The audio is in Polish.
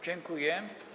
Dziękuję.